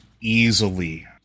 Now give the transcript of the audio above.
easily